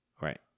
Right